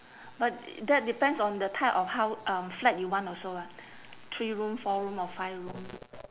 but that depends on the type of hou~ um flat you want also lah three room four room or five room